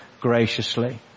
graciously